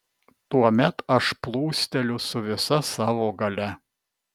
tuomet aš plūsteliu su visa savo galia